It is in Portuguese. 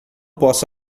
posso